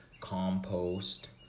compost